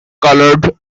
coloured